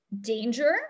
danger